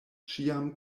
ĉiam